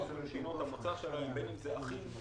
מהבחינה הזאת, על מי יחולו התקנות?